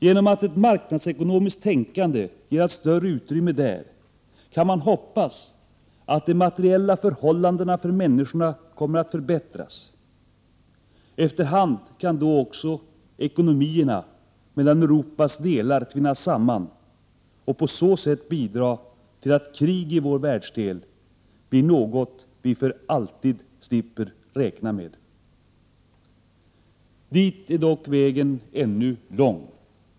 Genom att ett marknadsekonomiskt tänkande ges allt större utrymme där kan man hoppas att de materiella förhållandena för människorna kommer att förbättras. Efter hand kan då också ekonomierna mellan Europas delar tvinnas samman och på så sätt bidra till att krig i vår världsdel blir något vi för alltid slipper räkna med. Dit är dock vägen ännu lång.